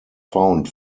found